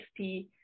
xp